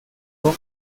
con